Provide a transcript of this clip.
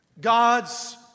God's